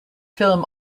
film